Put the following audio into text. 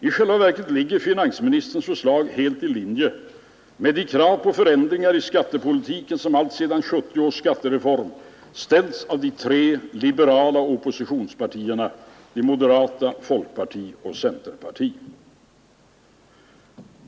I själva verket ligger finansministerns förslag helt i linje med de krav på förändringar i skattepolitiken, som alltsedan 1970 års skattereform ställts av de tre liberala oppositionspartierna, de moderata, folkpartiet och centerpartiet.